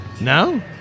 No